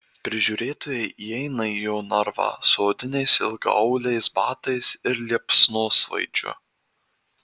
prižiūrėtojai įeina į jo narvą su odiniais ilgaauliais batais ir liepsnosvaidžiu